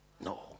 No